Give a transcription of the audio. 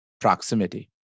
proximity